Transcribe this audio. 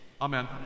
Amen